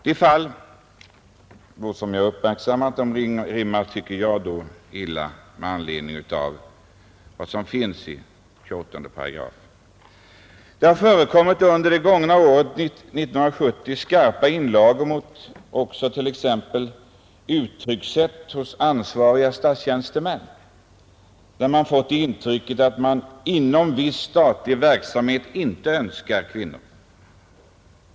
De fall som jag har uppmärksammat rimmar illa med vad som står i 28 § regeringsformen. Det har under det gångna året 1970 förekommit skarpa inlagor också mot t.ex. uttryckssätt hos ansvariga statstjänstemän som har givit det intrycket att man inom viss statlig verksamhet inte önskar kvinnor.